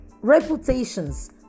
Reputations